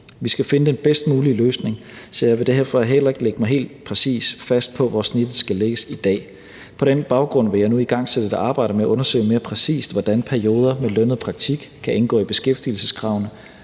Vi skal finde den bedst mulige løsning, så jeg vil derfor heller ikke lægge mig helt præcist fast på, hvor snittet skal lægges i dag. På den baggrund vil jeg nu igangsætte et arbejde med at undersøge mere præcist, hvordan perioder med lønnet praktik kan indgå i beskæftigelseskravene